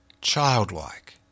childlike